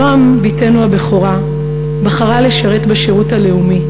נועם, בתנו הבכורה, בחרה לשרת בשירות הלאומי,